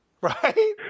right